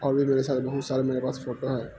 اور بھی میرے ساتھ بہت سارے میرے پاس فوٹو ہے